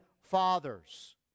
fathers